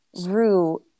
Rue